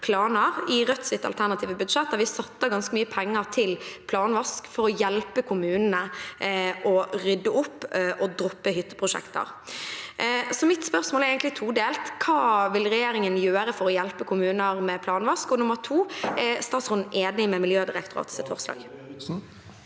planer. I Rødts alternative budsjett har vi satt av ganske mye penger til planvask for å hjelpe kommunene med å rydde opp og droppe hytteprosjekter. Mitt spørsmål er todelt: Hva vil regjeringen gjøre for å hjelpe kommuner med planvask, og er statsråden enig i Miljødirektoratets forslag?